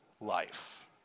life